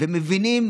ומבינים